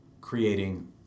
creating